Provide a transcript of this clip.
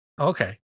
Okay